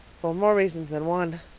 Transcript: for more reasons than one.